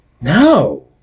No